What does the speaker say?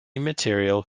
material